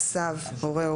הורה של הורה,